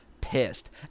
pissed